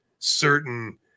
certain